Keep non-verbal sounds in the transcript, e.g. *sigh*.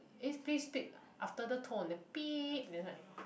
is please speak after the tone then *noise* then like